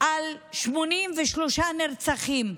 על 83 נרצחים.